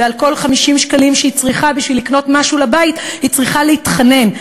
ועל כל 50 שקלים שהיא צריכה בשביל לקנות משהו לבית היא צריכה להתחנן.